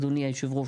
אדוני יושב הראש.